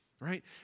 right